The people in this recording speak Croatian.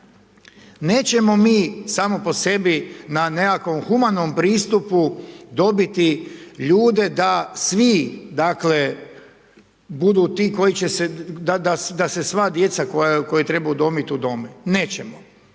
Nećemo mi samo po sebi na nekakvom humanom pristupu dobiti ljude da svi dakle budu ti koji će se, da se sva djeca koju treba udomiti udome, nećemo.